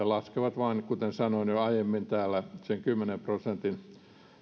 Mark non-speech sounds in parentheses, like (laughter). (unintelligible) laskevat vain kuten sanoin jo aiemmin täällä sen kymmenen prosentin